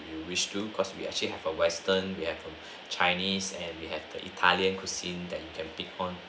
you wish to because we actually have a western we have a chinese and we have the italian cuisine that you can pick on